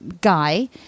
guy